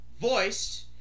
voiced